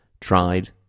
tried